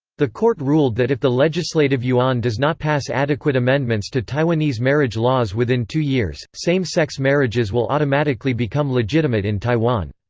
the court ruled that if the legislative yuan does not pass adequate amendments to taiwanese marriage laws within two years, same-sex marriages will automatically become legitimate in taiwan.